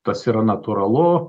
tas yra natūralu